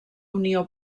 unió